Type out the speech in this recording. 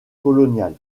coloniale